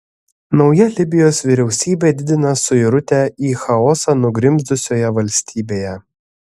nauja libijos vyriausybė didina suirutę į chaosą nugrimzdusioje valstybėje